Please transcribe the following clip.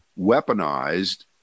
weaponized